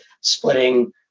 splitting